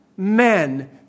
men